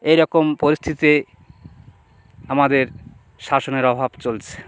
এই রকম পরিস্থিতিতে আমাদের শাসনের অভাব চলছে